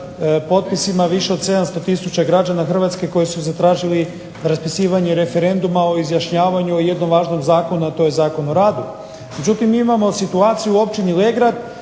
potpisima više od 700000 građana Hrvatske koji su zatražili raspisivanje referenduma o izjašnjavanju jednog važnog zakona, a to je Zakon o radu.